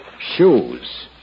Shoes